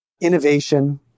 innovation